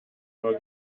nur